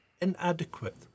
inadequate